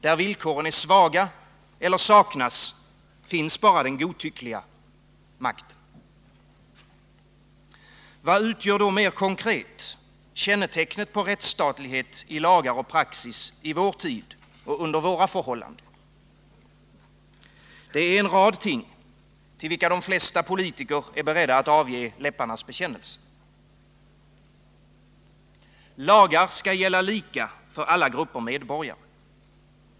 Där villkoren är svaga eller saknas, finns bara den godtyckliga makten. Vad utgör mer konkret kännetecknet på rättsstatlighet i lagar och praxis i vår tid och under våra förhållanden? Det är en rad ting, till vilka de flesta politiker är beredda att avge läpparnas bekännelse. Lagar skall gälla lika för alla grupper medborgare.